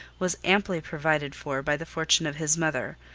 was amply provided for by the fortune of his mother,